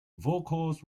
vocals